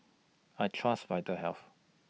I Trust Vitahealth